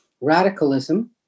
radicalism